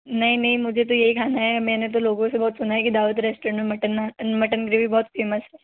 नहीं नहीं मुझे तो यही खाना है मैंने तो लोगों से बहुत सुना है के दावत रेस्टोरेंट में मटन ग्रेवी बहुत फ़ेमस है